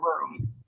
room